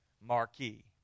marquee